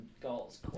goals